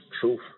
Truth